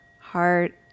heart